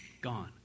gone